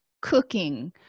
cooking